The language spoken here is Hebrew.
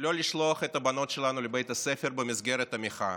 לא לשלוח את הבנות שלנו לבית הספר במסגרת המחאה.